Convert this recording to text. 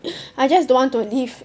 I just don't want to live